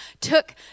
took